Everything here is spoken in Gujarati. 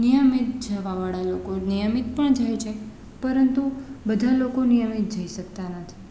નિયમિત જવાંવાળા લોકો નિયમિત પણ જાય છે પરંતુ બધાં લોકો નિયમિત જઈ શકતાં નથી